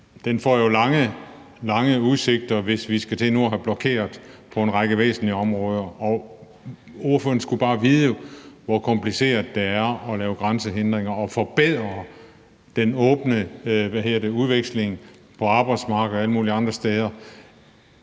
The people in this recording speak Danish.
jo lange, lange udsigter, hvis vi nu skal til at blokere på en række væsentlige områder. Ordføreren skulle bare vide, hvor kompliceret det i forvejen er at nedbryde grænsehindringer og forbedre den åbne udveksling på arbejdsmarkedet og alle mulige andre steder